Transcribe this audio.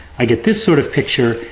i get this sort of picture.